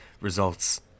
results